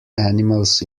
animals